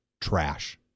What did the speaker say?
trash